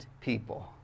people